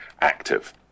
active